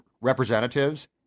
representatives